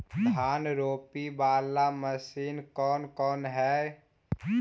धान रोपी बाला मशिन कौन कौन है?